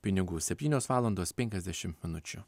pinigų septynios valandos penkiasdešim minučių